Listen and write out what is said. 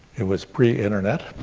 it was pre-internet.